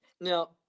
now